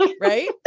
right